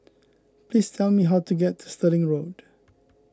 please tell me how to get to Stirling Road